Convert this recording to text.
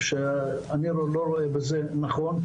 אני לא רואה בהצעה דבר נכון,